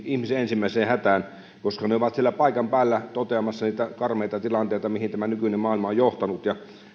ihmisen ensimmäiseen hätään koska ne ovat siellä paikan päällä toteamassa niitä karmeita tilanteita mihin tämä nykyinen maailma on johtanut